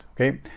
okay